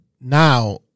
Now